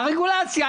הרגולציה.